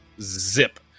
zip